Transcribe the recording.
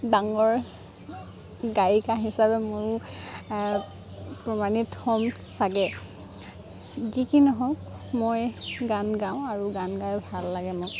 ডাঙৰ গায়িকা হিচাপে ময়ো প্ৰমাণিত হ'ম ছাগৈ যি কি নহওক মই গান গাওঁ আৰু গান গাই ভাল লাগে মোক